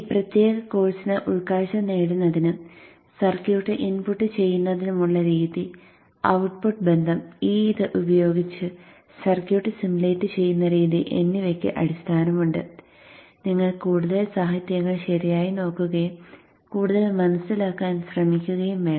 ഈ പ്രത്യേക കോഴ്സിന് ഉൾക്കാഴ്ച നേടുന്നതിനും സർക്യൂട്ട് ഇൻപുട്ട് ചെയ്യുന്നതിനുമുള്ള രീതി ഔട്ട്പുട്ട് ബന്ധം ഇത് ഉപയോഗിച്ച് സർക്യൂട്ട് സിമുലേറ്റ് ചെയ്യുന്ന രീതി എന്നിവയ്ക്ക് അടിസ്ഥാനമുണ്ട് നിങ്ങൾ കൂടുതൽ സാഹിത്യങ്ങൾ ശരിയായി നോക്കുകയും കൂടുതൽ മനസ്സിലാക്കാൻ ശ്രമിക്കുകയും വേണം